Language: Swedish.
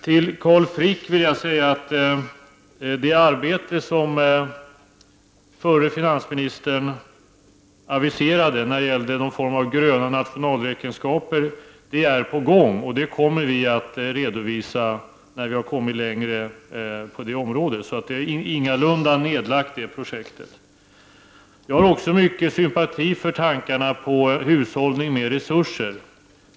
Till Carl Frick vill jag säga att det arbete som förre finansministern aviserade beträffande någon form av gröna nationalräkenskaper är på gång. Det skall vi redovisa när vi har kommit längre på det området. Det projektet är ingalunda nedlagt. Jag känner också stor sympati för tankarna på hushållning med resurser.